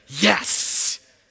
Yes